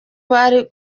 bari